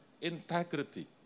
integrity